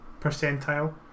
percentile